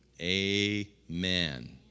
Amen